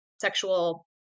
sexual